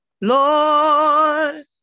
lord